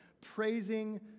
praising